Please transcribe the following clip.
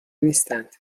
نیستند